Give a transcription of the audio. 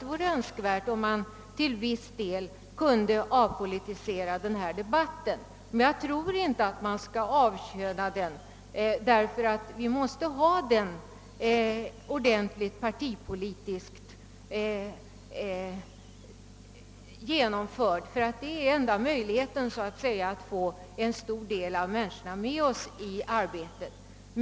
Det vore önskvärt om man i viss grad kunde avpolitisera denna debatt, men jag tror inte att man helt skall avköna den. Den måste vara partipolitisk om vi skall få människorna med oss i arbetet.